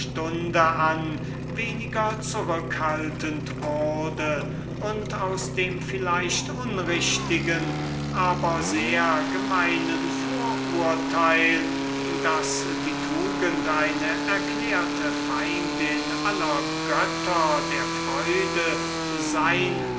weniger zurückhaltend wurde und aus dem vielleicht unrichtigen aber sehr gemeinen vorurteil daß die tugend eine erklärte feindin der gottheiten von cythere sein